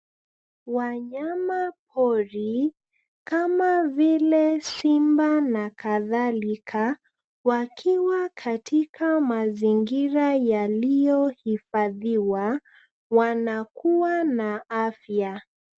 Wanyamapori kama vile simba na kadhalika wakiwa katika mazingira yaliyohifadhiwa wanakuwa na afya.